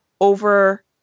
over